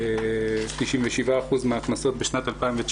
97% מההכנסות בשנת 2019,